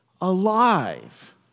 alive